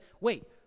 Wait